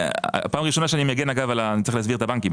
פעם ראשונה שאני צריך להסביר את הבנקים.